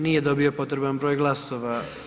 Nije dobio potreban broj glasova.